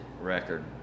record